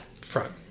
front